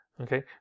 Okay